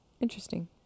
interesting